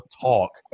talk